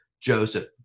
joseph